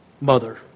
Mother